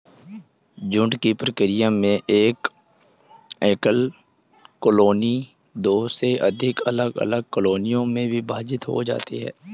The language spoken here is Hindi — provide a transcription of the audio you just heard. झुंड की प्रक्रिया में एक एकल कॉलोनी दो से अधिक अलग अलग कॉलोनियों में विभाजित हो जाती है